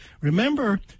remember